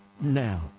now